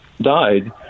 died